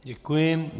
Děkuji.